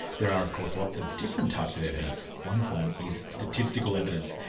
there are of course, lots of different types of evidence. one form is statistical evidence.